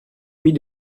amis